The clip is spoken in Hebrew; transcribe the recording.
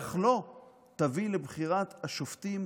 בהכרח לא תביא לבחירת השופטים